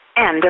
End